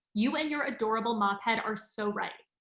you and your adorable mop head are so right.